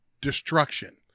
destruction